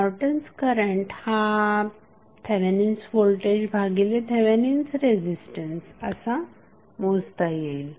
Norton's current हा Thevenin's voltage भागिले Thevenin's resistance असा मोजता येईल